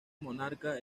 monarca